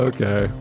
Okay